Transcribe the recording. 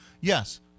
Yes